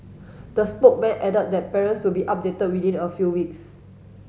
the spokesman added that parents will be updated within a few weeks